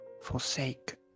forsake